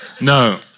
No